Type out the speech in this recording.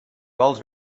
vols